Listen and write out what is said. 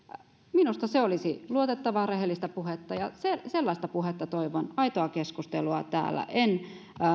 minusta se olisi luotettavaa rehellistä puhetta ja sellaista puhetta toivon aitoa keskustelua täällä en